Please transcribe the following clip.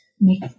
make